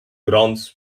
gronds